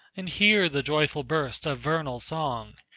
and hear the joyful burst of vernal song,